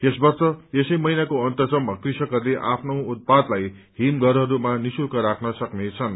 यस वर्ष यसै महिनाको अन्तसम्म कृष्कहरूले आफ्नो उत्पादलाई हिम घरहरूमा निश्चल्क राख्न सक्नेछन्